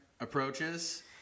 approaches